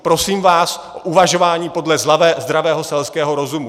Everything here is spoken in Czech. Prosím vás o uvažování podle zdravého selského rozumu.